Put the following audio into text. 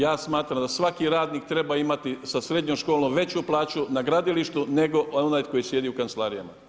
Ja smatram da svaki radnik treba imati sa srednjom školom veću plaću na gradilištu nego onaj koji sjedi u kancelarijama.